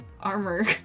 armor